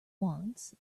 once